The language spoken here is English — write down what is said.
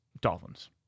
Dolphins